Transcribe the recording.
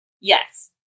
Yes